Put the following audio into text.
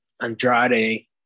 Andrade